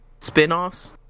spinoffs